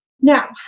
Now